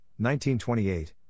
1928